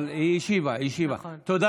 אבל היא השיבה, השיבה.